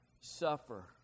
Suffer